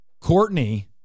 Courtney